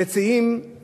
המציעים,